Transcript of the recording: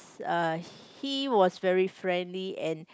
err he was a very friend and